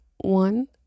One